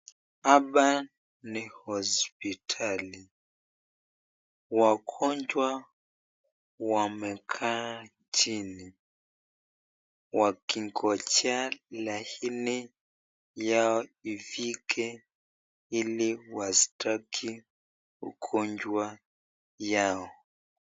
Hapa ni hospitali. Wagonjwa wamekaa jini wakingojea laini yao ifike ili wastaki ugonjwa yao.